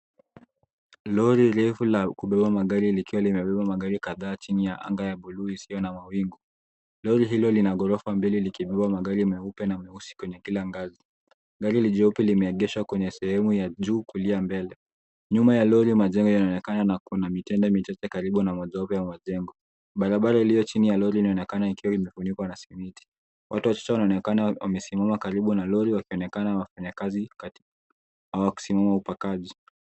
Lori refu la kubeba magari likiwa limebeba magari kadhaa chini ya anga la buluu isiyo na mawingu. Lori hilo lina ghorofa mbili likibeba magari meupe na meusi kwenye kila ngazi. Gari jeupe limeegeshwa kwenye sehemu ya juu kulia mbele. Nyuma ya lori majengo yanaonekana kuna mitenda michache karibu na matope ya majengo. Barabara iliyo chini ya lori inaonekana ikiwa imefunikwa na simiti. Watu watatu wanaonekana wakiwa wamesimama karibu na lori wakionekana wakifanya kazi au kusimama upakaji.